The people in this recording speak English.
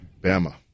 Bama